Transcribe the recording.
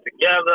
together